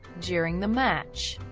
during the match,